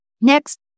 Next